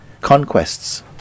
conquests